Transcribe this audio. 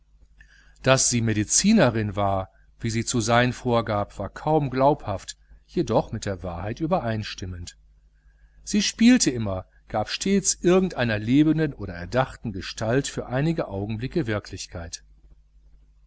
daß sie medizinerin war wie sie zu sein vorgab war kaum glaubhaft jedoch mit der wahrheit übereinstimmend sie spielte immer gab stets irgendeiner lebenden oder erdachten gestalt für einige augenblicke wirklichkeit